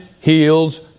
heals